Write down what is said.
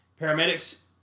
Paramedics